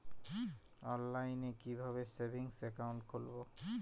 অনলাইনে কিভাবে savings account খুলবো?